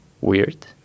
weird